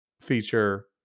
feature